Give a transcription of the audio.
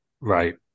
Right